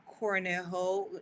Cornejo